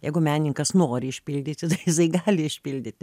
jeigu menininkas nori išpildyti tai jisai gali išpildyti